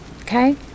Okay